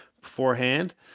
beforehand